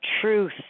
Truth